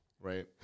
Right